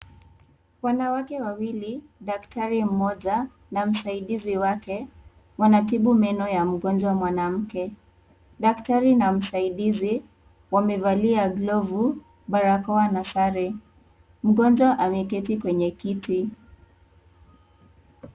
Wanawake wawili, daktari mmoja na msaidizi wake, wanatibu meno ya mgonjwa mwanamke. Daktari na msaidizi wamevalia glovu, barakoa, na sare. Mgonjwa ameketi kwenye kiti.